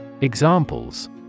Examples